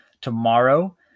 tomorrow